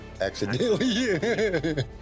accidentally